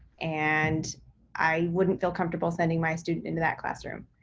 and i wouldn't feel comfortable sending my student into that classroom.